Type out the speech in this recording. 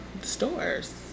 stores